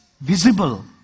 visible